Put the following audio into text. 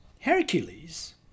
Hercules